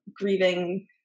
grieving